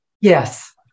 Yes